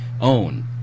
own